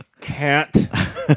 cat